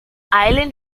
island